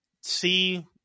see